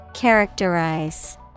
Characterize